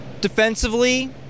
Defensively